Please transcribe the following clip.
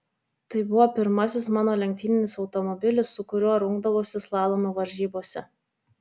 tai buvo pirmasis mano lenktyninis automobilis su kuriuo rungdavausi slalomo varžybose